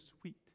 sweet